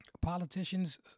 politicians